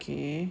okay